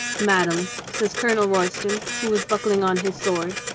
madame, says colonel royston, who was buck ling on his sword,